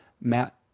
matt